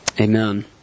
Amen